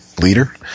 Leader